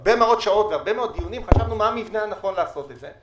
הרבה מאוד שעות ודיונים חשבנו מה המבנה הנכון לעשות את זה.